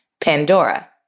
Pandora